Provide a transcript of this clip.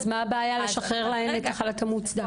אז מה הבעיה לשחרר להן את החל"ת המוצדק?